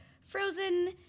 Frozen